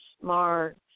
smart